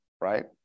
Right